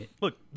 Look